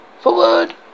forward